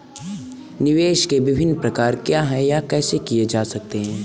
निवेश के विभिन्न प्रकार क्या हैं यह कैसे किया जा सकता है?